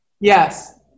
Yes